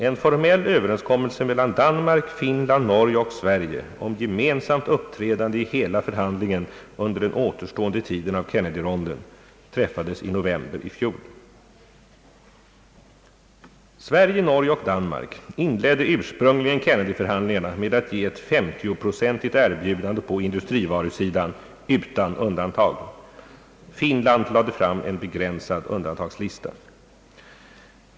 En formell överenskommelse mellan Danmark, Finland, Norge och Sverige om gemensamt uppträdande i hela förhandlingen under den återstående tiden av Kennedyronden träffades i november i fjol. Sverige, Norge och Danmark inledde ursprungligen Kennedyförhandlingarna med att ge ett 50-procentigt erbjudande på industrivarusidan utan undantag. Finland lade fram en begränsad undantagslista.